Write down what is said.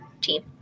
team